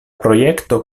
projekto